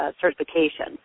certification